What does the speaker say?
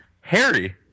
Harry